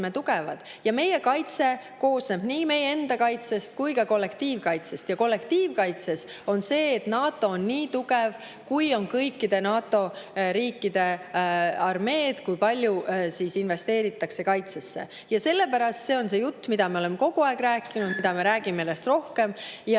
tugevad. Meie kaitse koosneb nii meie enda kaitsest kui ka kollektiivkaitsest. Ja kollektiivkaitse puhul on nii, et NATO on nii tugev, kui on kõikide NATO riikide armeed ja kui palju investeeritakse kaitsesse. Sellepärast see on see jutt, mida me oleme kogu aeg rääkinud, mida me räägime järjest rohkem ja